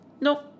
no